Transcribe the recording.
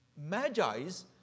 Magi's